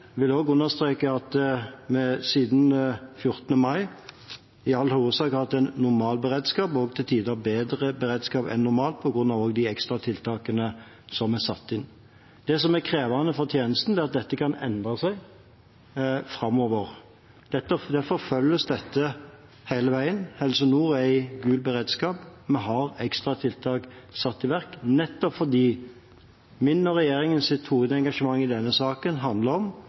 vil også understreke at vi siden 14. mai i all hovedsak har hatt en normal beredskap, og til tider bedre beredskap enn normalt på grunn av alle de ekstratiltakene som er satt inn. Det som er krevende for tjenesten, er at dette kan endre seg framover. Derfor følger man dette hele veien. Helse Nord er i full beredskap. Vi har satt i verk ekstra tiltak, nettopp fordi mitt og regjeringens hovedengasjement i denne saken handler om